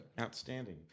Outstanding